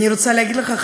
אני רוצה להגיד לך,